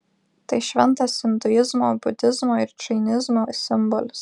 tai šventas induizmo budizmo ir džainizmo simbolis